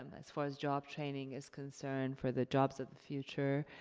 um as far as job training is concerned, for the jobs of the future,